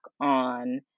on